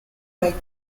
make